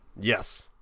Yes